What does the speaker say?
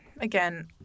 again